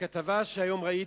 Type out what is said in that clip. מהכתבה שהיום ראיתי,